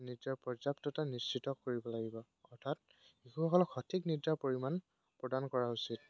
নিজৰ পৰ্যাপ্ততা নিশ্চিত কৰিব লাগিব অৰ্থাৎ শিশুসকলক সঠিক নিজৰ পৰিমাণ প্ৰদান কৰা উচিত